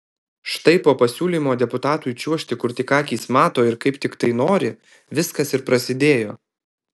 štai po pasiūlymo deputatui čiuožti kur tik akys mato ir kaip tik tai nori viskas ir prasidėjo